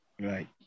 Right